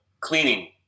cleaning